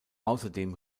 außerdem